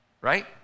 right